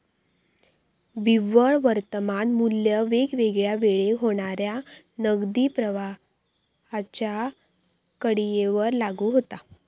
निव्वळ वर्तमान मू्ल्य वेगवेगळ्या वेळेक होणाऱ्या नगदी प्रवाहांच्या कडीयेवर लागू होता